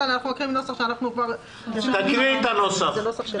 תקריאי את הנוסח.